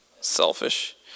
selfish